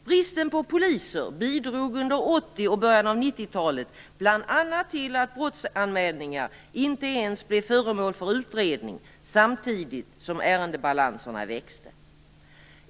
Bristen på poliser bidrog under 80-talet och början av 90-talet bl.a. till att brottsanmälningar inte ens blev föremål för utredning samtidigt som ärendebalanserna växte.